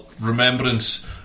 remembrance